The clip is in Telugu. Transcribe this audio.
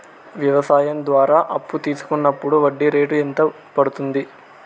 వ్యవసాయం ద్వారా అప్పు తీసుకున్నప్పుడు వడ్డీ రేటు ఎంత పడ్తుంది